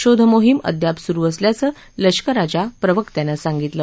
शोधमोहिम अद्याप सुरु असल्याचं लष्कराच्या प्रवक्त्यानं सांगितलं